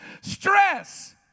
Stress